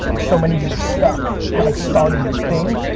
so many of you are stuck. haven't started your thing